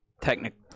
Technically